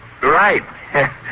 Right